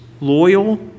loyal